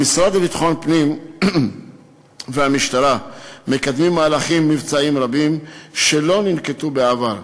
המשרד לביטחון פנים והמשטרה מקדמים מהלכים מבצעיים רבים שלא ננקטו בעבר.